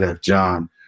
John